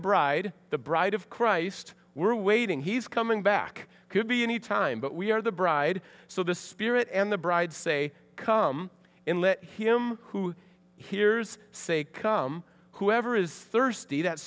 bride the bride of christ we're waiting he's coming back could be any time but we are the bride so the spirit and the bride say come in let him who hears say come whoever is thirsty that